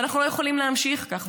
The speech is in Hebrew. ואנחנו לא יכולים להמשיך כך,